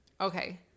Okay